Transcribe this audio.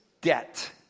debt